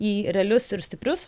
į realius ir stiprius